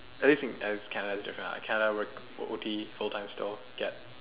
at least Kenneth is different ah Kenneth work O_T full time still get